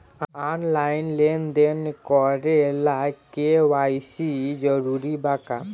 Online लेन देन करे ला के.वाइ.सी जरूरी बा का?